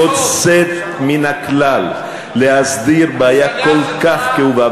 יוצאת מן הכלל להסדיר בעיה כל כך כאובה,